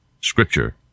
Scripture